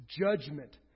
judgment